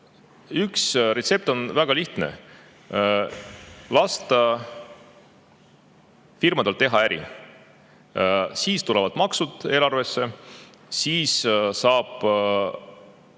Üks retsept on väga lihtne: lasta firmadel teha äri. Siis tulevad maksud eelarvesse, siis saab